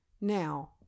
now